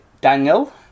Daniel